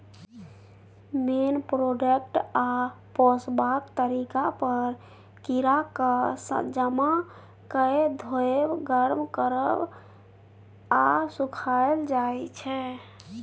मेन product आ पोसबाक तरीका पर कीराकेँ जमा कए धोएब, गर्म करब आ सुखाएल जाइ छै